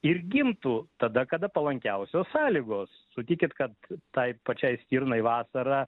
ir gimtų tada kada palankiausios sąlygos sutikit kad tai pačiai stirnai vasarą